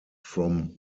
from